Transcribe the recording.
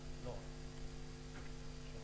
"מערכת גז